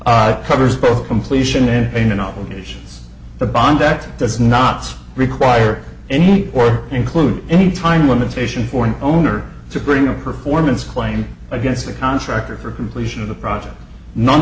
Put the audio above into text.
i covers both completion and in obligations a bond that does not require any or include any time limitation for an owner to bring a performance claim against the contractor for completion of the project none